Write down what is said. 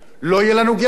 לא יהיה לנו גירעון,